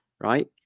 right